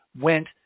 went